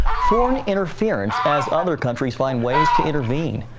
foreign interference as other countries find ways to intervene.